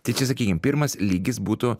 tai čia sakykim pirmas lygis būtų